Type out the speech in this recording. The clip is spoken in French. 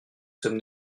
sommes